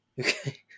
okay